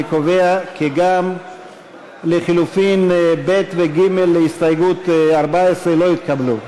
אני קובע כי גם לחלופין ב' וג' להסתייגות 14 לא התקבלו.